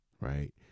right